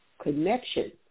connection